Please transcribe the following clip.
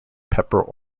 pepper